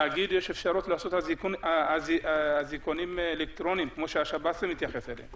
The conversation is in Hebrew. להגיד שיש אפשרות לעשות אזיקונים אלקטרוניים כמו ששב"ס מתייחס אליהם